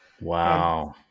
Wow